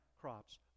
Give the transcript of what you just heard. crops